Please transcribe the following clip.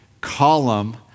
column